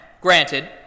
granted